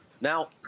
Now